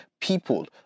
people